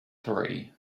three